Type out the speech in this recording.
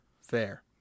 fair